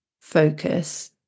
focus